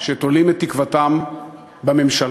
שתולים את תקוותם בממשלה,